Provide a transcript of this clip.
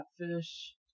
Catfish